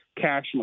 cash